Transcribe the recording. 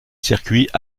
circuit